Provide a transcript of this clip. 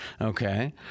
Okay